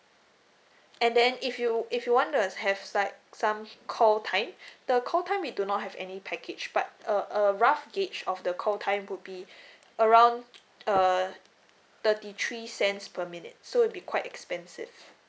and then if you if you want to have s~ like some call time the call time we do not have any package but uh uh rough gauge of the call time would be around err thirty three cents per minute so it'll be quite expensive